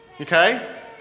okay